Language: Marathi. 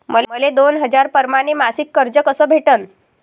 मले दोन हजार परमाने मासिक कर्ज कस भेटन?